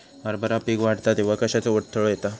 हरभरा पीक वाढता तेव्हा कश्याचो अडथलो येता?